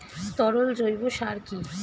তরল জৈব সার কি?